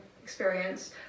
experience